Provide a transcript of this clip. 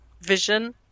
vision